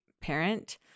parent